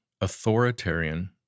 authoritarian